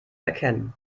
erkennen